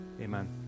amen